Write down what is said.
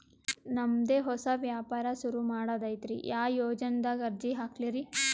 ನಮ್ ದೆ ಹೊಸಾ ವ್ಯಾಪಾರ ಸುರು ಮಾಡದೈತ್ರಿ, ಯಾ ಯೊಜನಾದಾಗ ಅರ್ಜಿ ಹಾಕ್ಲಿ ರಿ?